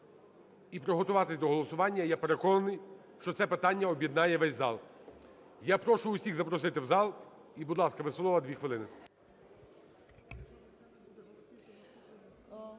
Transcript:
і приготуватися до голосування. Я переконаний, що це питання об'єднає весь зал. Я прошу всіх запросити в зал.